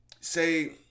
say